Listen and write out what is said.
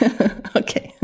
Okay